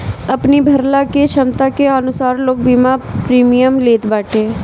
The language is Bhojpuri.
अपनी भरला के छमता के अनुसार लोग बीमा प्रीमियम लेत बाटे